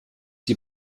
die